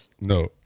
No